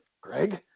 Greg